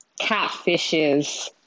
catfishes